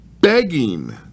begging